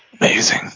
Amazing